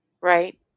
right